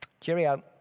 Cheerio